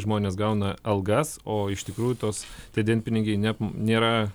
žmonės gauna algas o iš tikrųjų tos tie dienpinigiai ne nėra